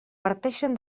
parteixen